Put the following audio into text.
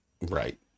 Right